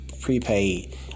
prepaid